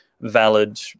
valid